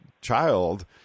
child